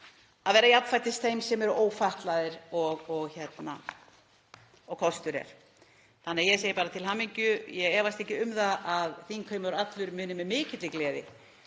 að vera jafnfætis þeim sem eru ófatlaðir og kostur er. Þannig að ég segi bara: Til hamingju. Ég efast ekki um að þingheimur allur muni með mikilli gleði